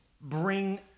bring